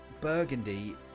Burgundy